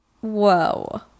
Whoa